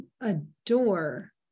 adore